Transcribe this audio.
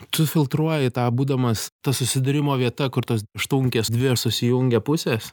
tu filtruoji tą būdamas ta susidūrimo vieta kur tos aštunkės dvi susijungia pusės